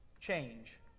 change